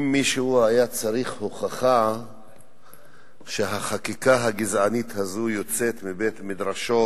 אם מישהו היה צריך הוכחה שהחקיקה הגזענית הזו יוצאת מבית-מדרשו